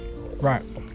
Right